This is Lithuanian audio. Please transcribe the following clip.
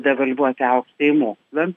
devalvuoti aukštąjį mokslą